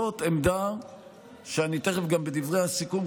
לפי דברי הסיכום,